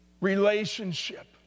relationship